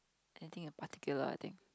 anything in particular I think